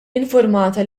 infurmata